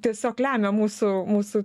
tiesiog lemia mūsų mūsų